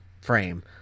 frame